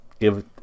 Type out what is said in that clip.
give